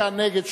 26 נגד.